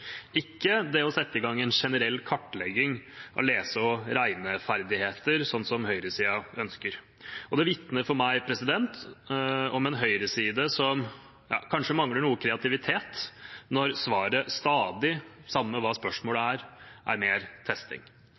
ikke det å sette i gang en generell kartlegging av lese- og regneferdigheter, slik høyresiden ønsker. Og det vitner for meg om en høyreside som kanskje mangler noe kreativitet, når svaret stadig, samme hva spørsmålet er, er mer testing.